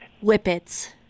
whippets